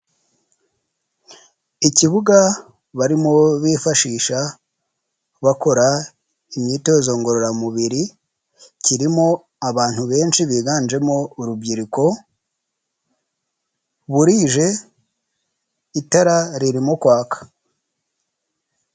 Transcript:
Ikibuga barimo bifashisha bakora imyitozo ngororamubiri kirimo abantu benshi biganjemo urubyiruko burije itara ririmo kwaka.